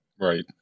Right